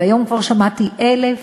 והיום כבר שמעתי ש-1,000,